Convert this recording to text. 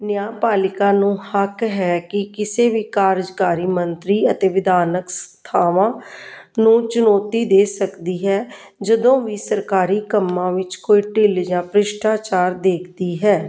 ਨਿਆ ਪਾਲਿਕਾ ਨੂੰ ਹੱਕ ਹੈ ਕਿ ਕਿਸੇ ਵੀ ਕਾਰਜਕਾਰੀ ਮੰਤਰੀ ਅਤੇ ਵਿਧਾਨਕ ਸੰਸਥਾਵਾਂ ਨੂੰ ਚੁਨੌਤੀ ਦੇ ਸਕਦੀ ਹੈ ਜਦੋਂ ਵੀ ਸਰਕਾਰੀ ਕੰਮਾਂ ਵਿੱਚ ਕੋਈ ਢਿੱਲ ਜਾਂ ਭਰਿਸ਼ਟਾਚਾਰ ਦੇਖਦੀ ਹੈ